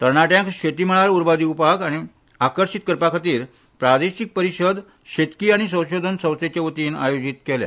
तरणाट्यांक शेती मळार उर्बा दिवपाक आनी आकर्शीत करपा खातीर प्रादेशीक परिशद शेतकी आनी संशोधन संस्थे वतीन आयोजित केल्या